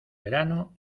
verano